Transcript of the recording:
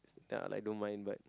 uh I don't mind but